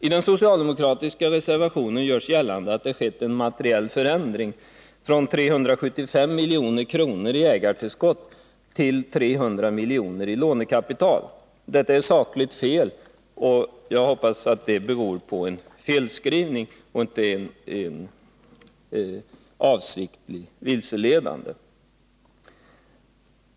I den socialdemokratiska reservationen görs gällande att det skett en materiell förändring — från 375 milj.kr. i ägartillskott till 300 milj.kr. i lånekapital. Detta är sakligt fel, och jag hoppas att det beror på en felskrivning och att det inte är avsiktligt vilseledande.